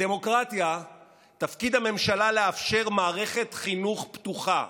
בדמוקרטיה תפקיד הממשלה לאפשר מערכת חינוך פתוחה.